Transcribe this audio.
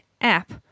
app